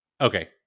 Okay